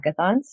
Hackathons